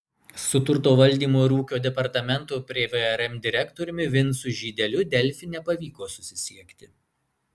su turto valdymo ir ūkio departamento prie vrm direktoriumi vincu žydeliu delfi nepavyko susisiekti